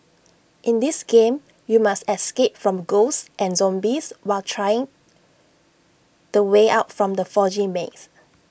in this game you must escape from ghosts and zombies while try the way out from the foggy maze